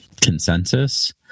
consensus